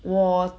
我